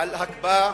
על הקפאה,